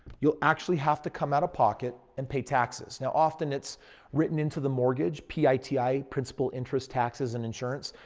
you'll actually have to come out of pocket and pay taxes. now, often it's written into the mortgage. p i t i. principal interest taxes and insurance.